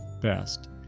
best